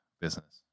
business